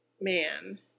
Man